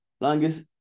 longest